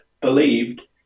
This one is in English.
believed